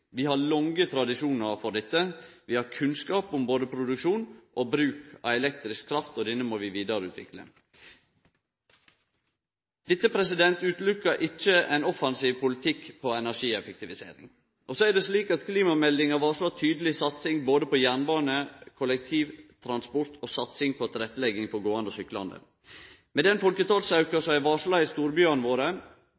Vi har lange tradisjonar for dette, vi har kunnskap om både produksjon og bruk av elektrisk kraft – og denne må vi vidareutvikle. Dette utelukkar ikkje ein offensiv politikk når det gjeld energieffektivisering. Klimameldinga varslar ei tydeleg satsing både på jernbane, kollektivtransport og tilrettelegging for gåande og syklande. Med den